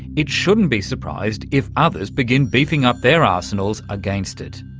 it shouldn't be surprised if others begin beefing up their arsenals against it.